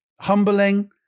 humbling